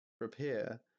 repair